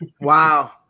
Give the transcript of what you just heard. Wow